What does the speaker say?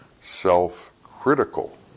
self-critical